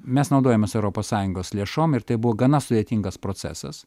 mes naudojamės europos sąjungos lėšom ir tai buvo gana sudėtingas procesas